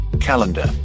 calendar